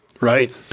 Right